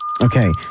Okay